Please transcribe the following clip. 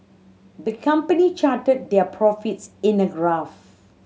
the company charted their profits in a graph